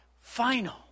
final